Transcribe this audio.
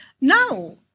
Now